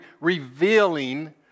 revealing